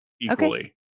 equally